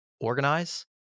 organize